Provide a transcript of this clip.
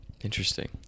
Interesting